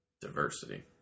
Diversity